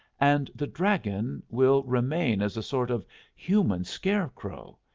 and the dragon will remain as a sort of human scarecrow.